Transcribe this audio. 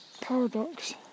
Paradox